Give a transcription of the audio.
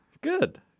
Good